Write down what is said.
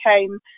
came